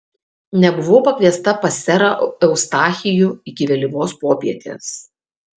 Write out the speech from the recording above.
nebuvau pakviesta pas serą eustachijų iki vėlyvos popietės